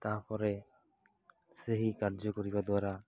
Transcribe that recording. ତା'ପରେ ସେହି କାର୍ଯ୍ୟ କରିବା ଦ୍ୱାରା